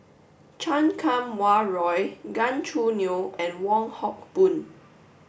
Chan Kum Wah Roy Gan Choo Neo and Wong Hock Boon